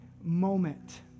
moment